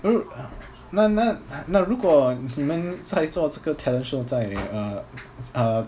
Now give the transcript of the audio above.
oh 那那那如果你们在做这个 talent show 在 uh uh